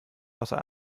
außer